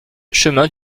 chemin